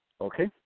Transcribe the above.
Okay